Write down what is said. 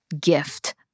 gift